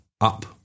up